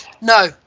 No